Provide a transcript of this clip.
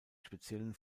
speziellen